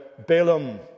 Balaam